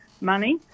money